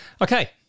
Okay